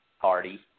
Party